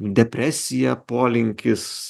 depresija polinkis